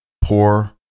poor